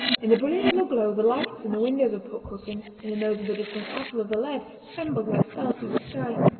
in the brilliant yellow glow the lights in the windows of port crooken and in those of the distant castle of the laird trembled like stars through the sky.